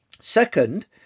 Second